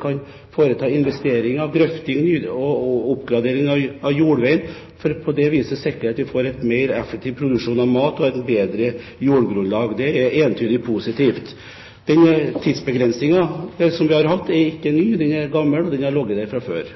kan foreta investeringer, grøfting og oppgradering av jordveien, for på det viset å sikre at vi får en mer effektiv produksjon av mat og et bedre jordgrunnlag. Det er entydig positivt. Den tidsbegrensningen som vi har, er ikke ny, den er gammel, og den har ligget der fra før.